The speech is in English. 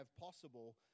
possible